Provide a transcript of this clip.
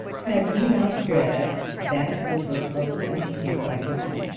have ye not read that which was spoken unto you by god,